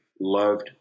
loved